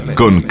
con